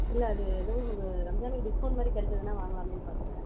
இல்லை அது எதுவும் இந்த ரம்ஜானுக்கு டிஸ்கவுண்ட் மாதிரி கெடைச்சுதுனா வாங்கலாமேன்னு பாத்தேன்